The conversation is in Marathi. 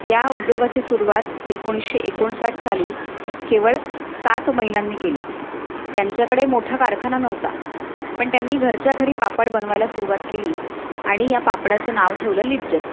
या उद्योगाची सुरूवात एकोणीशे एकोणसाठ साली केवळ सात महिलांनी केली त्यांच्याकडे मोठा कारखाना नव्हता पण त्यांनी घरच्या घरी पापड बनवायला सुरुवात केली आणि या पापडाचं नाव ठेवलं लिज्जत